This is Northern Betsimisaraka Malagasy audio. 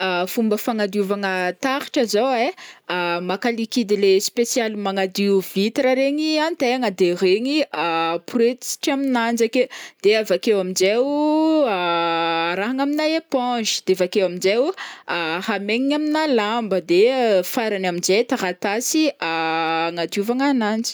Fomba fagnadiovagna taratra zao ai maka liquide le spesialy magnadio vitre regny antegna de regny a- aporetsitra aminanjy ake de avakeo am'jay o arahagna aminà éponge de avakeo am'jay o hamaignina aminà lamba de farany am'jay taratasy agnadiovagna ananjy.